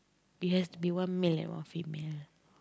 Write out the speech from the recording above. it has to be one male or female